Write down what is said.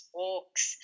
walks